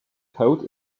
coat